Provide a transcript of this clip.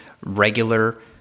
regular